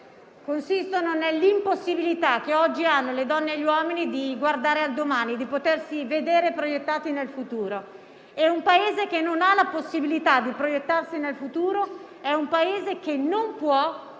consistono nell'impossibilità che oggi le donne e gli uomini hanno di guardare al domani e di vedersi proiettati nel futuro; e un Paese che non ha la possibilità di proiettarsi nel futuro non può